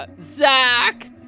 Zach